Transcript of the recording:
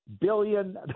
billion